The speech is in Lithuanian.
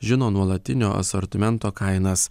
žino nuolatinio asortimento kainas